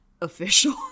Official